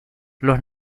los